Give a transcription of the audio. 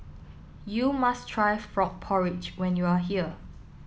you must try Frog Porridge when you are here